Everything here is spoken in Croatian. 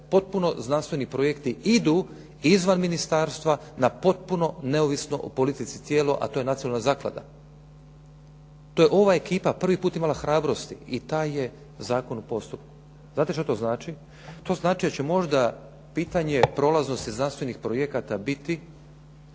potpuno znanstveni projekti izvan ministarstva na potpuno neovisno o politici tijelo a to je Nacionalna zaklada. To je ova ekipa prvi put imala hrabrosti i taj je zakon u postupku. Znate šta to znači? To znači da će možda pitanje prolaznosti znanstvenih projekata biti